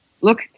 Look